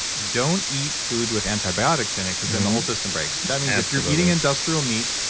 don't eat food with antibiotics in it, because then the whole system breaks. that means if you're leaving industrial meat,